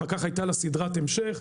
ואחר כך הייתה לה סדרת המשך,